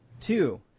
Two